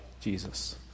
Jesus